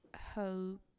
hope